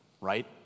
right